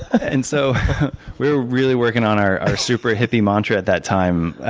and so we were really working on our our super hippie mantra at that time,